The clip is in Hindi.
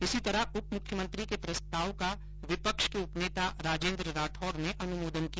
इसी तरह उप मुख्यमंत्री के प्रस्ताव का विपक्ष के उपनेता राजेन्द्र राठौड़ ने अनुमोदन किया